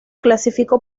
clasificó